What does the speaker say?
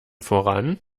voran